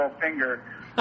finger